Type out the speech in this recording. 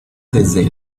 desde